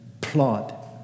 plot